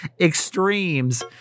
extremes